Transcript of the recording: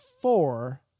four